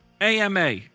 AMA